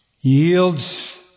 yields